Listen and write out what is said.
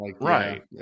Right